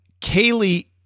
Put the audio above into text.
Kaylee